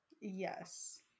Yes